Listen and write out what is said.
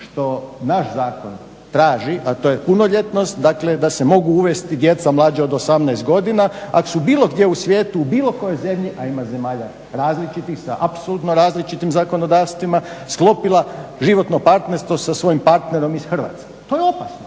što naš zakon traži a to je punoljetnost dakle da se mogu uvesti djeca mlađa od 18 godina ako su bilo gdje u svijetu u bilo kojoj zemlji a ima zemalja različitih sa apsolutno različitim zakonodavstvima sklopila životno partnerstvo sa svojim partnerom iz Hrvatske, to je opasno,